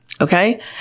Okay